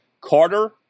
Carter